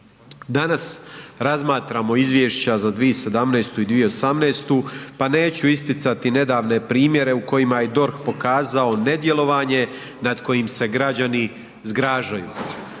Danas razmatramo izvješća za 2017. i 2018. pa neću isticati nedavne primjere u kojima je DORH pokazao nedjelovanje nad kojim se građani zgražaju.